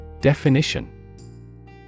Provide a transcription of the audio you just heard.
Definition